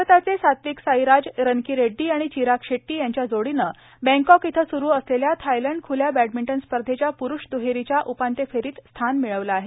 भारताचे सात्वीक साईराज रनकीरेड्डी आणि चिराग शेट्टी यांच्या जोडीनं बँकॉक इथं सुरू असलेल्या थायलंड खुल्या बँडमिंटन स्पर्धेच्या पुरूष दुहेरीच्या उपांत्यफेरीत स्थान मिळवलं आहे